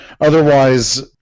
Otherwise